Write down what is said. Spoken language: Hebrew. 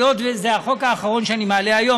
היות שזה החוק האחרון שאני מעלה היום,